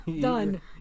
Done